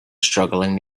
struggling